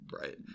right